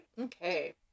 Okay